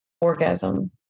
orgasm